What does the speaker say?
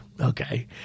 okay